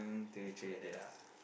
k you put like that lah